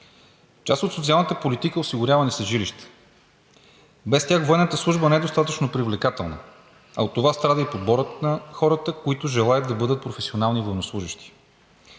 Част от социалната политика е осигуряване с жилища, без тях военната служба не е достатъчно привлекателна, а от това страда и подборът на хората, които желаят да бъдат професионални военнослужещи.